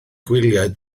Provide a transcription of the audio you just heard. gwyliau